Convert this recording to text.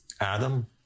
Adam